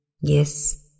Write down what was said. Yes